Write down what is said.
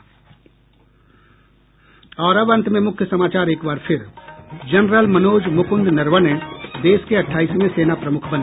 और अब अंत में मुख्य समाचार एक बार फिर जनरल मनोज मुकुंद नरवणे देश के अट्ठाईसवें सेना प्रमुख बने